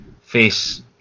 face